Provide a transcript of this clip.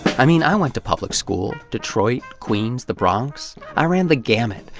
i mean, i went to public school detroit, queens, the bronx i ran the gamut,